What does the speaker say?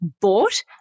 bought